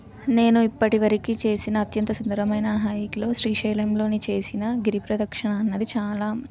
నేను ఇప్పటి వరకు చేసిన అత్యంత సుందరమైన హైక్లో శ్రీశైలంలోని చేసిన గిరిప్రదక్షణ అన్నది చాలా